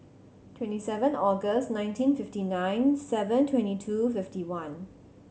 twenty seven August nineteen fifty nine seven twenty two fifty one